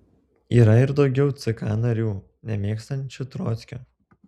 yra ir daugiau ck narių nemėgstančių trockio